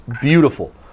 beautiful